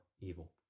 evil